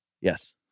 Yes